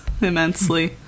immensely